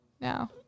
No